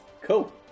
Cool